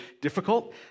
difficult